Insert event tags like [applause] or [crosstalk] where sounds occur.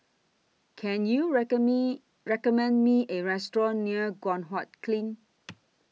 Can YOU [unintelligible] Me recommend Me A Restaurant near Guan Huat Kiln